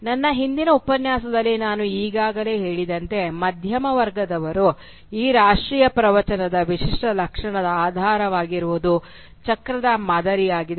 ನನ್ನ ಹಿಂದಿನ ಉಪನ್ಯಾಸದಲ್ಲಿ ನಾನು ಈಗಾಗಲೇ ಹೇಳಿದಂತೆ ಮಧ್ಯಮ ವರ್ಗದವರು ಈ ರಾಷ್ಟ್ರೀಯ ಪ್ರವಚನದ ವಿಶಿಷ್ಟ ಲಕ್ಷಣದ ಆಧಾರವಾಗಿರುವುದು ಚಕ್ರದ ಮಾದರಿಯಾಗಿದೆ